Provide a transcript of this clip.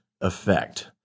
effect